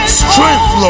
strength